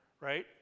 right